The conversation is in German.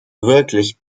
wirklich